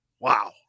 Wow